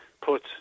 put